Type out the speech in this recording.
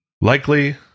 Likely